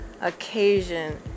occasion